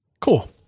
Cool